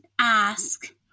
ask